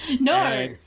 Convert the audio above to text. No